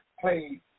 played